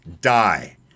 die